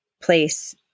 place